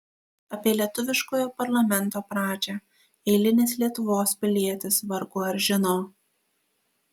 apie lietuviškojo parlamento pradžią eilinis lietuvos pilietis vargu ar žino